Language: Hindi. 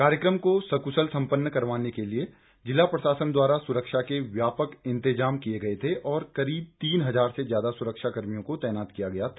कार्यक्रम को सक्शल सम्पन्न करवाने के लिए जिला प्रशासन द्वारा सुरक्षा के व्यापक इंतेजाम किए गए थे और करीब तीन हजार से ज्यादा सुरक्षा कर्मियों को तैनात किया गया था